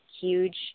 huge